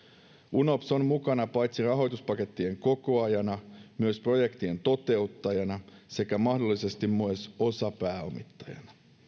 unops on mukana paitsi rahoituspakettien kokoajana myös projektien toteuttajana sekä mahdollisesti myös osapääomittajana